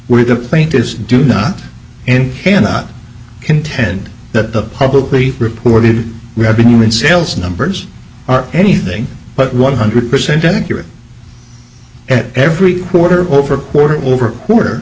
where the plaintiffs do not and cannot contend that the publicly reported revenue and sales numbers are anything but one hundred percent accurate every quarter over quarter over quarter